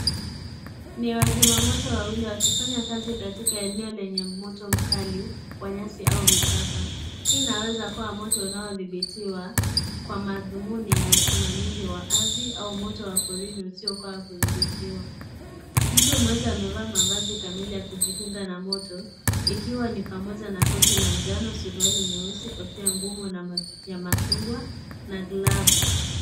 Ni wazimamoto wawili wakifanya kazi katika eneo lenye moto mkali kwa nyasi au vichaka. Hii inaeza kuwa moto unaodhibitiwa kwa madhumuni ya usimamizi wa ardhi au moto wa porini usiokuwa wa kudhibitiwa. Mtu mmoja amevaa mavazi kamili ya kujikinga na moto ikiwa ni pamoja na koti la njano, suruali nyeusi, kofia ngumu na makinga ya machungwa na glavu.